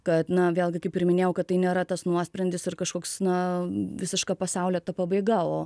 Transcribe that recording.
kad na vėlgi kaip ir minėjau kad tai nėra tas nuosprendis ir kažkoks na visiška pasaulio pabaiga o